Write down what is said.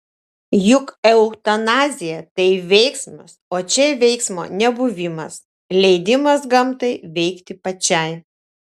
juk eutanazija tai veiksmas o čia veiksmo nebuvimas leidimas gamtai veikti pačiai